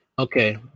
Okay